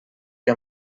que